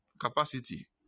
Capacity